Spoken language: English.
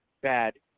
bad